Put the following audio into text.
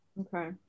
Okay